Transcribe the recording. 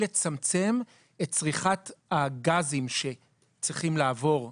לצמצם את צריכת הגזים שצריכים לעבור מהעולם,